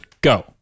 go